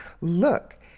Look